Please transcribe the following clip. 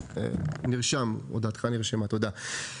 דעתך נרשמה, תודה.